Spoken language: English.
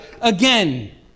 again